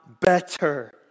better